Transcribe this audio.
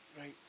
Right